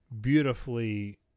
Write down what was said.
beautifully